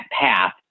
path